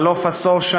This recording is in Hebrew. בחלוף עשור,